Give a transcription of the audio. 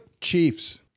Chiefs